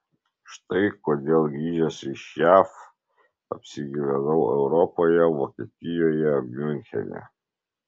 štai kodėl grįžęs iš jav apsigyvenau europoje vokietijoje miunchene